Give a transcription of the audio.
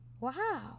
Wow